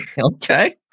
Okay